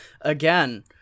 again